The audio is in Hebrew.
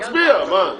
תצביע עליו.